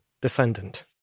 descendant